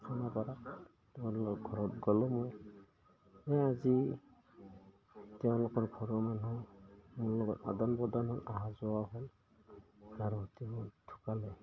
খানাপাৰা তেওঁলোকৰ ঘৰত গ'লো মই এই আজি তেওঁলোকৰ ঘৰৰ মানুহ মোৰ লগত আদান প্ৰদান হ'ল আহা যোৱা হ'ল আৰু তেওঁ ঢুকালে